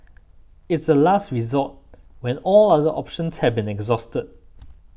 it's a last resort when all other options have been exhausted